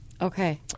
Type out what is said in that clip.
Okay